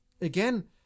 Again